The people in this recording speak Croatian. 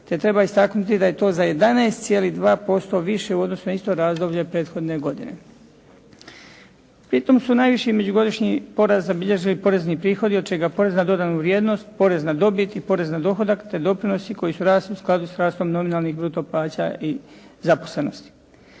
te treba istaknuti da je to za 11,2% više u odnosu na isto razdoblje prethodne godine. Pritom su najviši međugodišnji porast zabilježili porezni prihodi od čega porez na dodanu vrijednost, porez na dobit i porez na dohodak te doprinosi koji su rasli u skladu sa rastom nominalnih bruto plaća i zaposlenosti.